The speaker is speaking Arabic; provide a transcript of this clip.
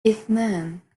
إثنان